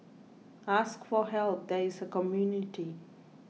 ask for help there is a community